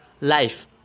life